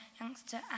youngster